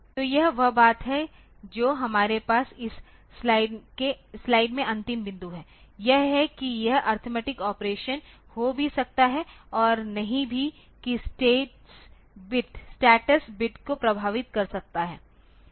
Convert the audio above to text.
तो यह वह बात है जो हमारे पास इस स्लाइड में अंतिम बिंदु है यह है कि यह अरिथमेटिक ऑपरेशन्स हो भी सकता है और नहीं भी की स्टेटस बिट को प्रभावित कर सकता है